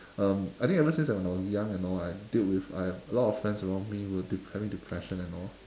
um I think ever since when I was young and all I dealt with I have a lot friends around me who were de~ having depression and all